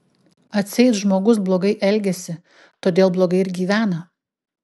atseit žmogus blogai elgiasi todėl blogai ir gyvena